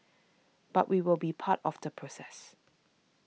but we will be part of the process